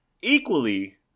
Equally